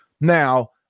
Now